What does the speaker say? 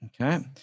okay